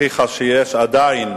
הוכיחה שיש עדיין